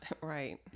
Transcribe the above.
Right